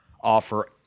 offer